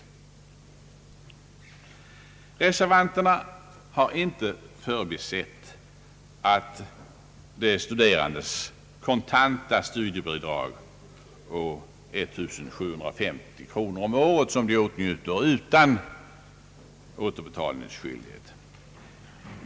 Reservanterna har inte förbisett de studerandes kontanta studiebidrag på 1750 kronor om året, som de åtnjuter utan återbetalningsskyldighet.